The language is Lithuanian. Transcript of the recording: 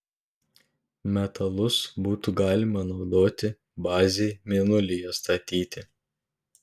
metalus būtų galima naudoti bazei mėnulyje statyti